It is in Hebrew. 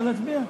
לא להצביע?